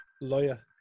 Lawyer